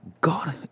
God